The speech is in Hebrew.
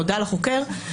נודע לחוקר.